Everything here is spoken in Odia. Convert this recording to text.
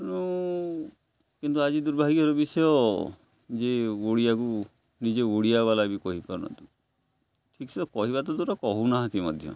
ତେଣୁ କିନ୍ତୁ ଆଜି ଦୁର୍ଭାଗ୍ୟର ବିଷୟ ଯେ ଓଡ଼ିଆକୁ ନିଜେ ଓଡ଼ିଆବାଲା ବି କହିପାରୁ ନାହାନ୍ତି ଠିକ୍ ସେ କହିବା ତ ଦୁର କହୁ ନାହାନ୍ତି ମଧ୍ୟ